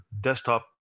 desktop